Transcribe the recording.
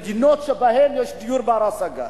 מדינות, שבהן יש דיור בר-השגה.